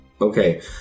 Okay